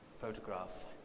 photograph